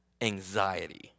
Anxiety